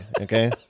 Okay